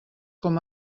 com